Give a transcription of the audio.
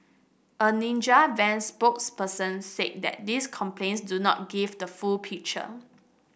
a Ninja Van spokesperson say that these complaints do not give the full picture